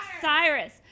Cyrus